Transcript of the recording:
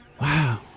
Wow